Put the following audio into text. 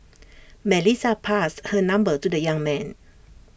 Melissa passed her number to the young man